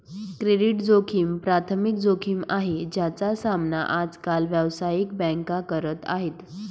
credit जोखिम प्राथमिक जोखिम आहे, ज्याचा सामना आज काल व्यावसायिक बँका करत आहेत